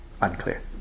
unclear